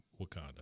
Wakanda